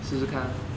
试试看 lor